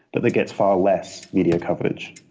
but it gets far less media coverage.